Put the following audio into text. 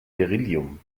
beryllium